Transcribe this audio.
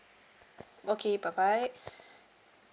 okay bye bye